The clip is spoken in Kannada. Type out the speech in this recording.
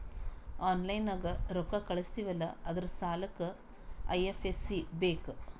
ಆನ್ಲೈನ್ ನಾಗ್ ರೊಕ್ಕಾ ಕಳುಸ್ತಿವ್ ಅಲ್ಲಾ ಅದುರ್ ಸಲ್ಲಾಕ್ ಐ.ಎಫ್.ಎಸ್.ಸಿ ಬೇಕ್